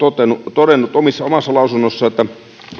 todennut omassa lausunnossaan että